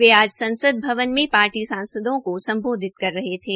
वे आज संसद भवन में पार्टी सांसदों के सम्बोधित कर रहे थे